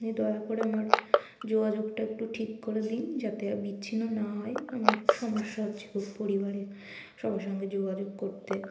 দয়া করে আমার যোগাযোগটা একটু ঠিক করে দিন যাতে আর বিচ্ছিন্ন না হয় আমার সমস্যা হচ্ছে খুব পরিবারে সবার সঙ্গে যোগাযোগ করতে